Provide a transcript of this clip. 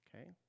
okay